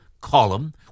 column